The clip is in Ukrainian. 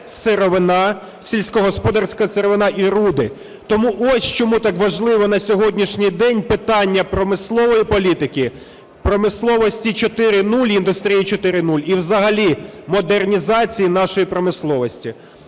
сировина, сільськогосподарська сировина і руди. Тому ось чому так важливо на сьогоднішній день питання промислової політики, промисловості 4.0 і індустрії 4.0, і взагалі модернізації нашої промисловості.